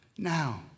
Now